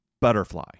butterfly